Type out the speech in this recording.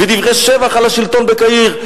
ודברי שבח על השלטון בקהיר,